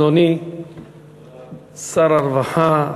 אדוני שר הרווחה,